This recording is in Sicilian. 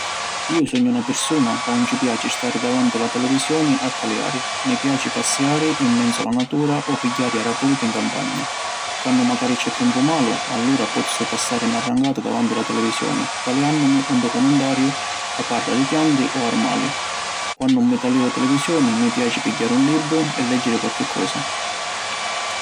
Iu sugnu na pirsuna ca ‘un ci piaci stari davanti la televisioni a taliari. Mi piaci passiari in menzu la natura o pigghiari aria pulita in campagna. Quannu macari c’è malu tempu, allura pozzu passari na rancata davanti la televisioni taliannumi un documentariu ca parra di pianti o armali. Quannu ‘un mi taliu la televisioni, mi piaci pigghiari un libru e leggiri quarchi cosa.